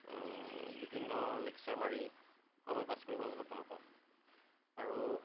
বিভিন্ন লেকচাৰ মাৰি সময় পাছ কৰি মই বহুত ভালপাওঁ আৰু